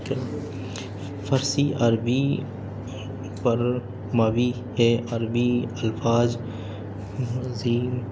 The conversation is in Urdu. فارسی عربی پر موی ہے عربی الفاظ عظیم